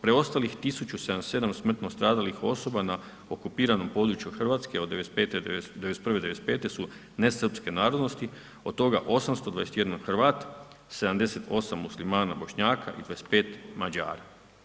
Preostalih 1077 smrtno stradalih osoba na okupiranom području Hrvatske od '91.-'95. su nesrpske narodnosti, od toga 821 Hrvat, 78 Muslimana, Bošnjaka i 25 Mađara.